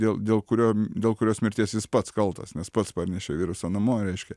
dėl dėl kurio dėl kurios mirties jis pats kaltas nes pats parnešė virusą namo reiškia